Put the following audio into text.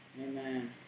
Amen